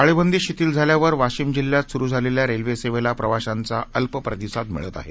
टाळेबंदी शिथिल झाल्यावर वाशिम जिल्ह्यात सुरू झालेल्या रेल्वे सेवेला प्रवाशांचा अल्प प्रतिसाद मिळत आहे